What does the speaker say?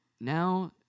now